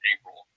April